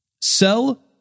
Sell